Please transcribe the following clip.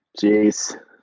Jeez